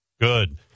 Good